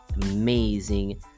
amazing